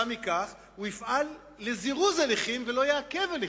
עקב כך הוא יפעל לזירוז הליכים, ולא יעכב הליכים.